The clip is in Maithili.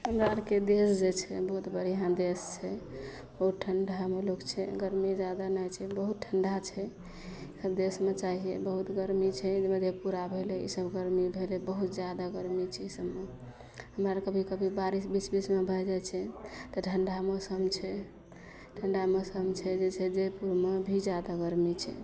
हमरा आओरके देश जे छै बहुत बढ़िआँ देश छै बहुत ठण्डामे लोक छै गरमी जादा नहि छै बहुत ठण्डा छै देशमे चाही बहुत गरमी छै मधेपुरा भेलै ईसब गरमी भेलै बहुत जादा गरमी छै ईसबमे एम्हर कभी कभी बारिश बीच बीचमे भै जाइ छै तऽ ठण्डा मौसम छै ठण्डा मौसम छै जाहिसे जयपुरमे भी जादा गरमी छै